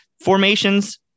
formations